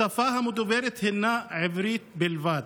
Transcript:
השפה המדוברת הינה עברית בלבד.